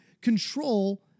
control